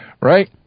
Right